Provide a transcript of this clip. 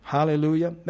Hallelujah